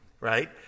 right